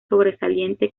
sobresaliente